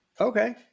Okay